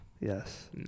Yes